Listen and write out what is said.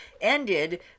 ended